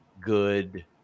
good